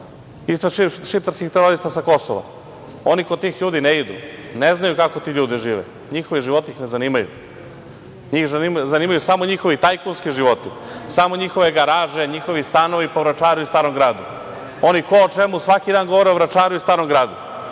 zbog šiptarskih terorista sa Kosova. Oni kod tih ljudi ne idu, ne znaju kako ti ljudi žive. Njihovi životi ih ne zanimaju. Njih zanimaju samo njihovi tajkunski životu, samo njihove garaže, njihovi stanovi po Vračaru i Starom gradu. Oni, ko o čemu, svaki dan govore o Vračaru i Starom gradu.